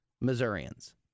missourians